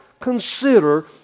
Consider